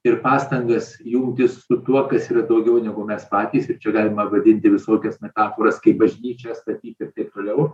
ir pastangas jungtis su tuo kas yra daugiau negu mes patys ir čia galima vadinti visokias metaforas kaip bažnyčias statyt ir taip toliau